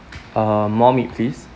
uh more meat please